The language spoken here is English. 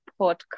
podcast